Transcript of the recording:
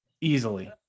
easily